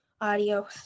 Adios